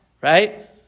Right